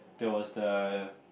there was the